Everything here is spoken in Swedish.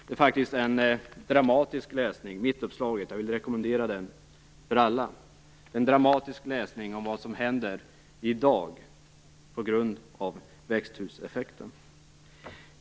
Det är faktiskt en dramatisk läsning - jag rekommenderar den för alla - om vad som händer i dag på grund av växthuseffekten.